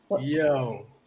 Yo